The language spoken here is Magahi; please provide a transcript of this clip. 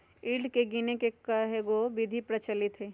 यील्ड के गीनेए के कयहो विधि प्रचलित हइ